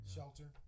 Shelter